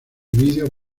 vídeos